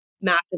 massive